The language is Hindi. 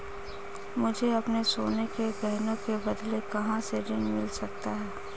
मुझे अपने सोने के गहनों के बदले कहां से ऋण मिल सकता है?